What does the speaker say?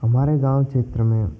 हमारे गाँव क्षेत्र में